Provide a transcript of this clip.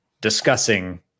discussing